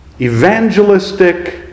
evangelistic